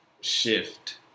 shift